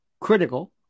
critical